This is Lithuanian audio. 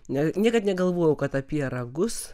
na niekad negalvojau kad apie ragus